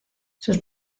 sus